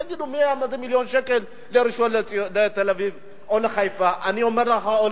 תגידו: מה זה מיליון שקל לתל-אביב או לחיפה או לירושלים?